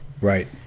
Right